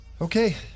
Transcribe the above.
Okay